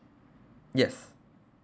yes